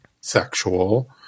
sexual